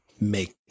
make